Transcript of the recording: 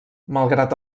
malgrat